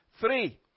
three